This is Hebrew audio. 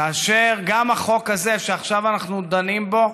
כאשר גם החוק הזה שעכשיו אנחנו דנים בו,